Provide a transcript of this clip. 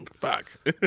Fuck